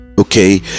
okay